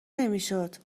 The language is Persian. نمیشد